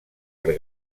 per